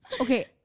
Okay